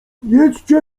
jedźcie